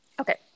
Okay